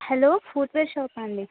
hello footwear షాపా అండి